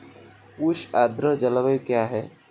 उष्ण आर्द्र जलवायु क्या है?